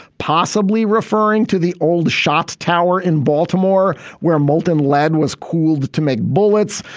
possibly referring to the old shots tower in baltimore, where molten lead was cooled to make bullets.